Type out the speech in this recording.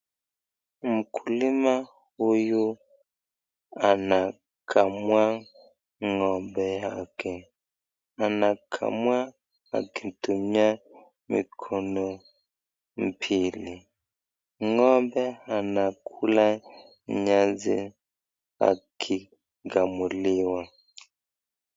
Mkulima huyu anakamua ng'ombe yake. Anakamua akitumia mikono mbili, ng'ombe anakula nyasi akikamuliwa.